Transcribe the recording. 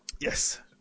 yes